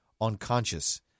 unconscious